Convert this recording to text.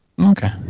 Okay